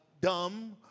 dumb